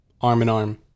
arm-in-arm